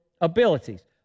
abilities